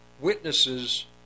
witnesses